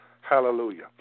Hallelujah